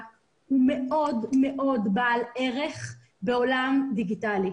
הוא בעל ערך רב מאוד בעולם הדיגיטלי.